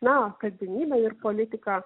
na kasdienybę ir politiką